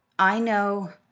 i know,